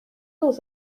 dans